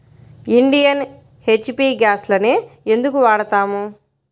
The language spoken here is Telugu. ఇండియన్, హెచ్.పీ గ్యాస్లనే ఎందుకు వాడతాము?